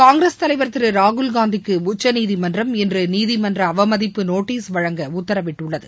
காங்கிரஸ் தலைவர் திரு ராகுல்காந்திக்கு உச்சநீதிமன்றம் இன்று நீதிமன்ற அவமதிப்பு நோட்டீஸ் வழங்க உத்தரவிட்டுள்ளது